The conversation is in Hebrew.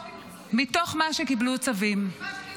ממה שקיבלו צווים או לא קיבלו צווים?